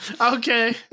Okay